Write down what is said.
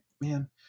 man